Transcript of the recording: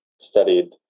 studied